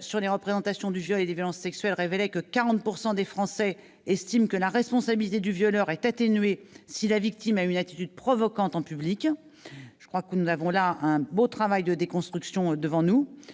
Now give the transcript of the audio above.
sur les représentations du viol et des violences sexuelles révélait que 40 % des Français estiment que « la responsabilité du violeur est atténuée si la victime a eu une attitude provocante en public ». Il nous reste donc un travail important de déconstruction à mener ...